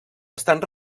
estan